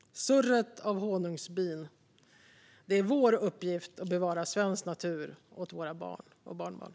och surret av honungsbin - det är vår uppgift att bevara svensk natur åt våra barn och barnbarn."